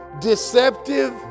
deceptive